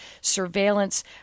Surveillance